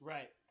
Right